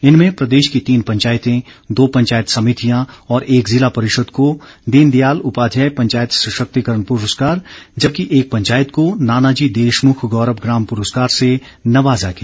इनमें प्रदेश की तीन पंचायतें दो पंचायत समितियां और एक जिला परिषद को दीन दयाल उपाध्याय पंचायत सशक्तिकरण पुरस्कार जबकि एक पंचायत को नानाजी देशमुख गौरव ग्राम पुरस्कार से नवाजा गया